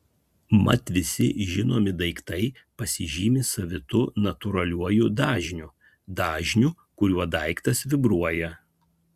mat visi žinomi daiktai pasižymi savitu natūraliuoju dažniu dažniu kuriuo daiktas vibruoja